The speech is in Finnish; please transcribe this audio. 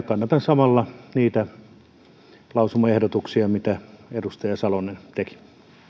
kannatan niitä lausumaehdotuksia joita edustaja salonen edellä puheenvuorossaan teki